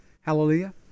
Hallelujah